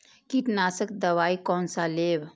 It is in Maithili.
कीट नाशक दवाई कोन सा लेब?